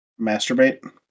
masturbate